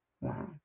Wow